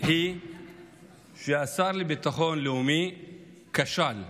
היא שהשר לביטחון לאומי כשל,